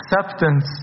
acceptance